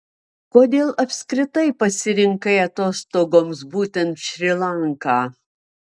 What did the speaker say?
kodėl apskritai pasirinkai atostogoms būtent šri lanką